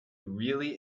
really